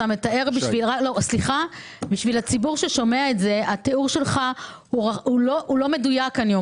בשביל הציבור ששומע את זה התיאור שלך לא מדויק.